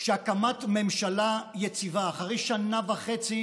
שהקמת ממשלה יציבה אחרי שנה וחצי